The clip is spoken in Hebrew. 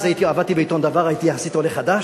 אז עבדתי בעיתון "דבר", הייתי יחסית עולה חדש,